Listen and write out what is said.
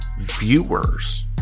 viewers